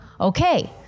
okay